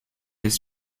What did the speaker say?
his